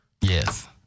Yes